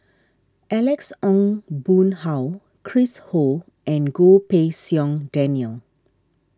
Alex Ong Boon Hau Chris Ho and Goh Pei Siong Daniel